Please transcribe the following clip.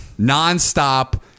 nonstop